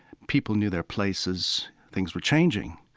people knew their places. things were changing.